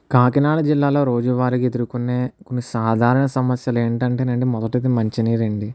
కాకినాడ జిల్లాలో రోజువారిగా ఎదుర్కొనే కొన్ని సాధారణ సమస్యలు ఏంటంటేనండి మొదటిది మంచి నీరు అండి